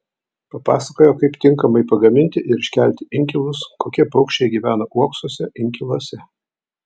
papasakojo kaip tinkamai pagaminti ir iškelti inkilus kokie paukščiai gyvena uoksuose inkiluose